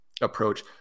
approach